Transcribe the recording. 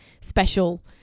special